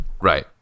right